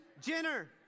jenner